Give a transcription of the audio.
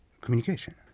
communication